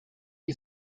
you